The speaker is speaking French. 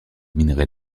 minerai